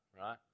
right